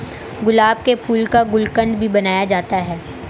गुलाब के फूल का गुलकंद भी बनाया जाता है